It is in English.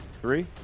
three